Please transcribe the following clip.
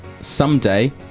someday